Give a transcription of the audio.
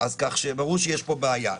כך שברור שיש פה בעיה.